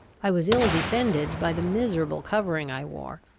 i was ill defended by the miserable covering i wore,